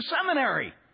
seminary